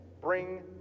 bring